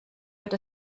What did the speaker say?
wird